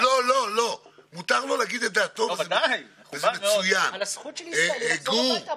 גם מתחזקת את פרויקט להב"ה במקומות